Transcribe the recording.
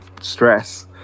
stress